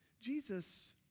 Jesus